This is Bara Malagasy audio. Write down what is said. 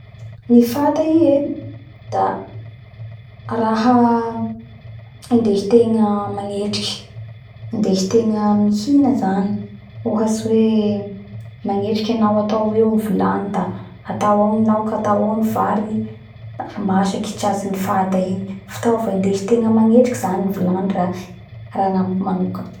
Ny fata i e da raha indesitegna magnetriky indesitegna mihina zany ohatsy hoe magnetriky anao atao o ny vilany atao eo ny laoky atao eo ny vary masaky i tratsiny fata igny fitaova indesitegna magnetriky zany la agnamiko manoka